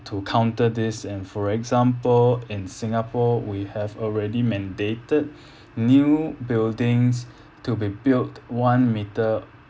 to counter this and for example in singapore we have already mandated new buildings to be built one meter